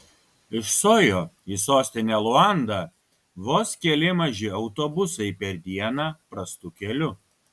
iš sojo į sostinę luandą vos keli maži autobusai per dieną prastu keliu